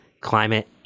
climate